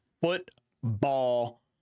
football